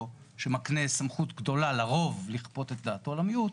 שמקנה סמכות גדולה לרוב לכפות את דעתו על המיעוט.